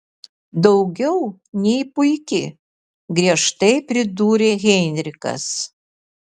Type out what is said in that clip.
daugiau nei puiki griežtai pridūrė heinrichas